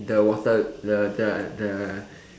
the water the the the